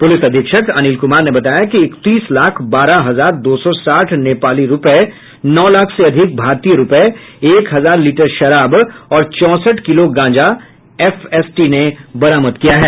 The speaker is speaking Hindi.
पुलिस अधीक्षक अनिल कुमार ने बताया कि इकतीस लाख बारह हजार दो सौ साठ नेपाली रूपये नौ लाख से अधिक भारतीय रूपये एक हजार लीटर शराब और चौंसठ किलो गांजा एफएसटी ने बरामद किया है